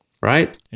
Right